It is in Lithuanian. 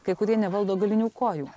kai kurie nevaldo galinių kojų